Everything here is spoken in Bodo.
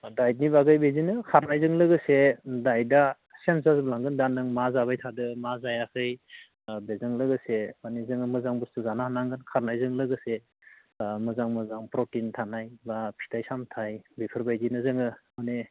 दाइतनि बागै बिदिनो खारनायजों लोगोसे दाइतआ चेन्ज जाजोबलांगोन दा नों मा जाबाय थादों मा जायाखै बेजों लोगोसे माने जोङो मोजां बुस्थु जानो हानांगोन खारनायजों लोगोसे मोजां मोजां प्रटिन थानाय बा फिथाइ सामथाइ बेफोर बायदिनो जोङो माने